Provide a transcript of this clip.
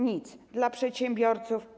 Nic. Dla przedsiębiorców?